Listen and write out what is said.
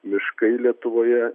miškai lietuvoje